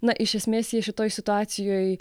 na iš esmės jie šitoj situacijoj